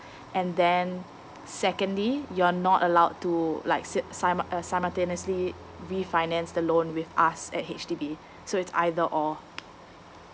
and then secondly you're not allowed to like si~ simu~ uh simultaneously refinance the loan with us at H_D_B so it's either or